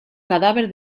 cadáver